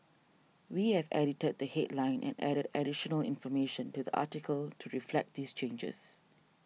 we have edited the headline and added additional information to the article to reflect these changes